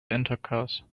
intercourse